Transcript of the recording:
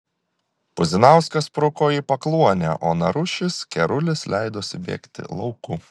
puzinauskas spruko į pakluonę o narušis kerulis leidosi bėgti lauku